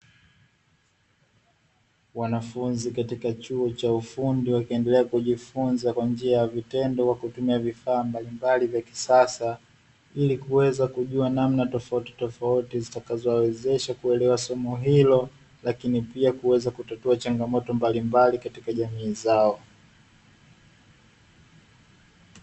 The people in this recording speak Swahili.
Wanafunzi katika chuo cha ufundi wakiendelea kujifunza kwa njia ya vitendo kwa kutumia vifaa mbalimbali, vya kisasa ili kuweza kujua namna tofautitofauti, zitakazowawezesha kuelewa somo hilo lakini pia kuweza kutatua changamoto mbalimbali katika jamii zao.